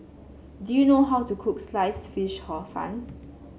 do you know how to cook Sliced Fish Hor Fun